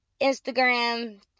Instagram